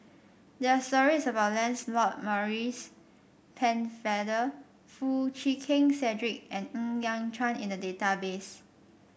there are stories about Lancelot Maurice Pennefather Foo Chee Keng Cedric and Ng Yat Chuan in the database